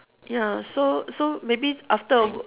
ya so so maybe after a